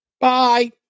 Bye